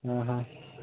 হয় হয়